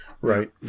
right